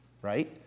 Right